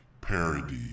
parody